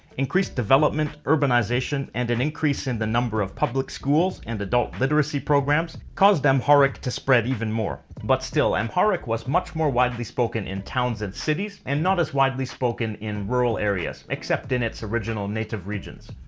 increased development, urbanization, and an increase in the number of public schools and adult literacy programs caused amharic to spread even more. but still, amharic was much more widely spoken in towns and cities, and not as widely spoken in rural areas, except in its original native regions.